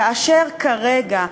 כאשר כרגע,